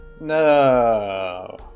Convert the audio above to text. No